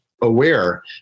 aware